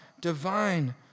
divine